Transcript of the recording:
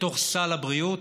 לתוך סל הבריאות,